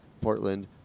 Portland